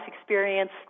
experience